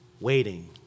waiting